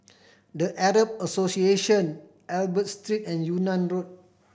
The Arab Association Albert Street and Yunnan Road